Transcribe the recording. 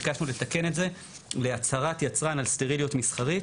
ביקשנו לתקן את זה להצהרת יצרן על סטריליות מסחרית,